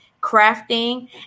crafting